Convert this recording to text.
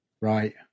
Right